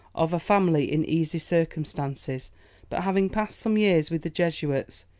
of a family in easy circumstances but having passed some years with the jesuits,